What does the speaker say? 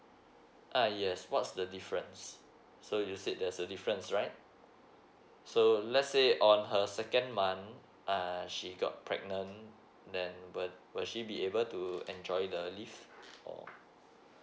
uh yes what's the difference so you said there's a difference right so let's say on her second month uh she got pregnant then birth will she be able to enjoy the leave or